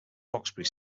roxbury